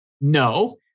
no